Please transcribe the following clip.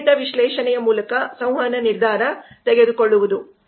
ಹಿಂಜರಿತ ವಿಶ್ಲೇಷಣೆಯ ಮೂಲಕ ಸಂವಹನ ನಿರ್ಧಾರ ತೆಗೆದುಕೊಳ್ಳುವುದು